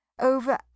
over